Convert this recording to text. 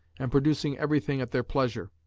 and producing everything at their pleasure.